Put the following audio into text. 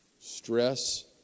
stress